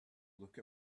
look